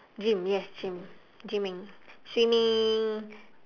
gym yes gym gyming swimming